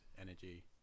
energy